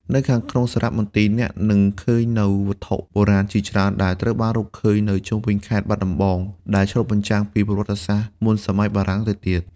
នៅខាងក្នុងសារមន្ទីរ អ្នកនឹងឃើញនូវវត្ថុបុរាណជាច្រើនដែលត្រូវបានរកឃើញនៅជុំវិញខេត្តបាត់ដំបង ដែលឆ្លុះបញ្ចាំងពីប្រវត្តិសាស្ត្រមុនសម័យបារាំងទៅទៀត។